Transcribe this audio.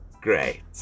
great